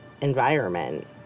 environment